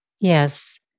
Yes